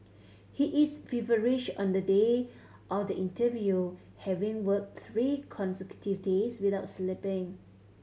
he is feverish on the day of the interview having worked three consecutive days without sleeping